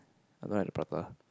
I don't like the prata